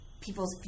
people's